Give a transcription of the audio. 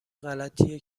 غلطیه